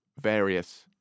various